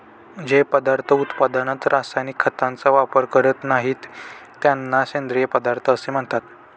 जे पदार्थ उत्पादनात रासायनिक खतांचा वापर करीत नाहीत, त्यांना सेंद्रिय पदार्थ असे म्हणतात